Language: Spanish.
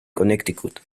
connecticut